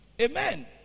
Amen